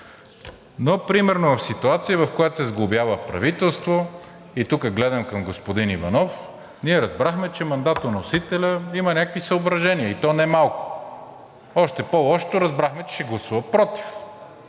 но примерно в ситуация, в която се сглобява правителство, и тук гледам към господин Иванов, ние разбрахме, че мандатоносителят има някакви съображения, и то немалко. Още по-лошото – разбрахме, че ще гласува против.